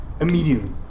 Immediately